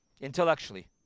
intellectually